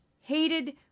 hated